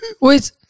Wait